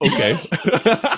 okay